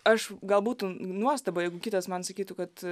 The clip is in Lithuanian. aš gal būtų nuostaba jeigu kitas man sakytų kad